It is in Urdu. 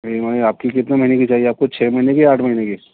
ای ایم آئی آپ کی کتنے مہینے کی چاہیے آپ کو چھ مہینے کی آٹھ مہینے کی